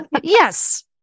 Yes